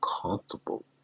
comfortable